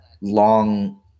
long